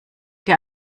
der